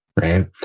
right